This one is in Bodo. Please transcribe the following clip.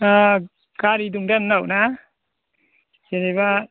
गारि दंदा नोंनाव ना जेनेबा